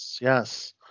Yes